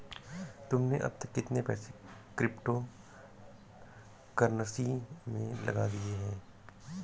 तुमने अब तक कितने पैसे क्रिप्टो कर्नसी में लगा दिए हैं?